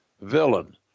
villain